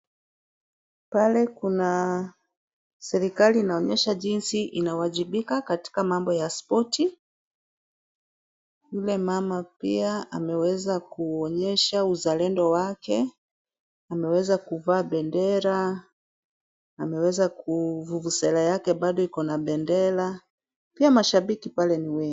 Pale kuna serikali inaonyesha jinsi inawajibika katika mambo ya spoti. Yule mama pia ameweza kuonyesha uzalendo wake. Ameweza kuvaa bendera. Vuvuzela yake bado iko na bendera pia mashabiki pale ni wengi.